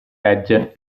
legge